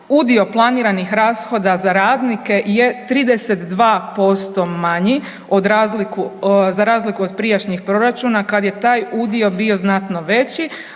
udio planiranih rashoda za radnike je 32% manji za razliku od prijašnjih proračuna kad je taj udio bio znatno veći,